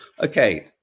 Okay